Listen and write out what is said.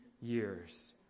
years